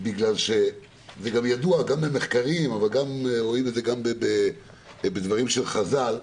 גם ממחקרים זה ידוע וגם מדברים של חז"ל,